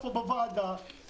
הסתובבתי וחטפתי מכה של חול.